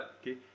okay